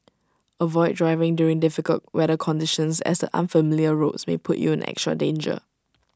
avoid driving during difficult weather conditions as the unfamiliar roads may put you in extra danger